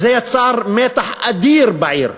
זה יצר מתח אדיר בעיר.